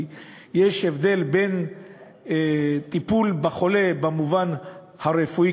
יש הבדל בין טיפול בחולה במובן הרפואי,